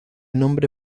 nombre